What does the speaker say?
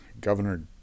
Governor